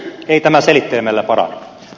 ei tämä selittelemällä parane